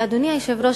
אדוני היושב-ראש,